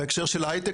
בהקשר של ההיי-טק,